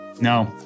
No